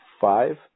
five